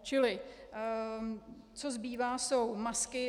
Čili co zbývá, jsou masky.